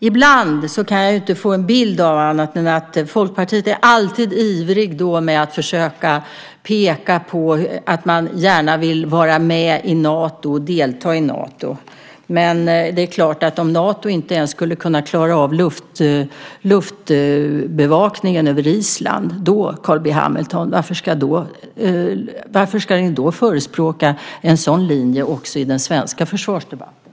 Jag kan inte annat än notera att Folkpartiet alltid är ivrigt att peka på att de gärna vill vara med i Nato och delta i Nato. Men om Nato inte ens skulle klara av luftbevakningen över Island blir ju frågan: Varför ska ni, Carl B Hamilton, då förespråka en sådan linje i den svenska försvarsdebatten?